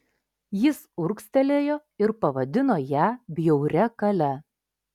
jis urgztelėjo ir pavadino ją bjauria kale